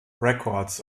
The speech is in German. records